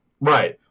Right